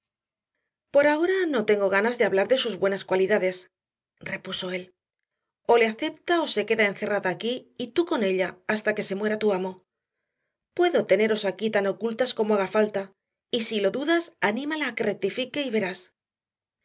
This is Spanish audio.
por ahora no tengo ganas de hablar de sus buenas cualidades repuso él o le acepta o se queda encerrada aquí y tú con ella hasta que se muera tu amo puedo teneros aquí tan ocultas como haga falta y si lo dudas anímala a que rectifique y verás